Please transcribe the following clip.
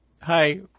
Hi